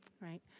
right